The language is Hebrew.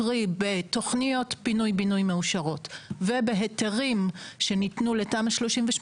קרי בתוכניות פינוי-בינוי מאושרות ובהיתרים שניתנו לתמ"א 38,